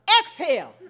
exhale